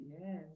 yes